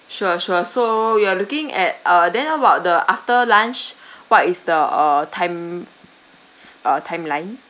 sure sure so you are looking at uh then about the after lunch what is the uh time uh timeline